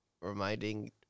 reminding